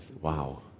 wow